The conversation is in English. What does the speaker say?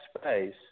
space